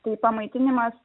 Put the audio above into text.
tai pamaitinimas